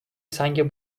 سنگ